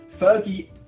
Fergie